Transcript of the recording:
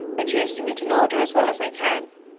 reducing it in order as well as i can,